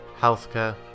healthcare